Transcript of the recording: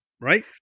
right